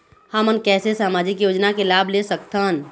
हमन कैसे सामाजिक योजना के लाभ ले सकथन?